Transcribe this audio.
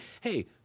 hey